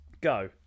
Go